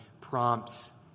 prompts